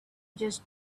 just